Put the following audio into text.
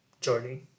journey